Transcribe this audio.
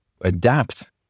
adapt